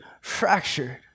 fractured